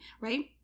right